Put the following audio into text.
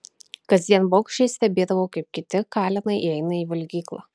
kasdien baugščiai stebėdavau kaip kiti kalenai įeina į valgyklą